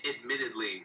Admittedly